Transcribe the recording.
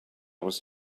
was